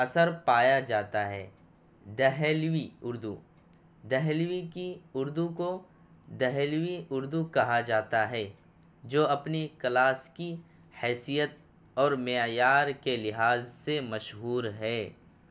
اثر پایا جاتا ہے دہلوی اردو دہلوی کی اردو کو دہلوی اردو کہا جاتا ہے جو اپنی کلاسکی حیثیت اور معیار کے لحاظ سے مشہور ہے